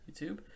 youtube